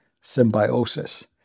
symbiosis